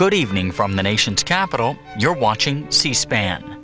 good evening from the nation's capital your watching c span